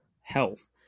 health